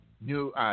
New